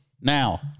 Now